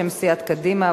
בשם סיעות קדימה,